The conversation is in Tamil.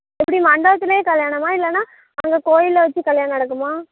எப்படி மண்டபத்துல கல்யாணமா இல்லைன்னா அங்கே கோயிலில் வச்சு கல்யாணம் நடக்குமா